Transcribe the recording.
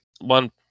one